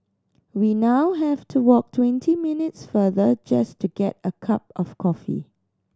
we now have to walk twenty minutes farther just to get a cup of coffee